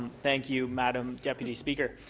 thank you, madame deputy speaker.